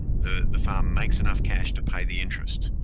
the the farm makes enough cash to pay the interest.